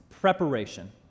preparation